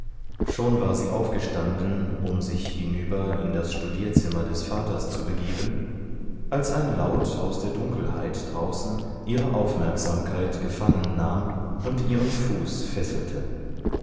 schon war sie aufgestanden um sich hinüber in das studierzimmer des vaters zu begeben als ein laut aus der dunkelheit draußen ihre aufmerksamkeit gefangen nahm und ihren fuß fesselte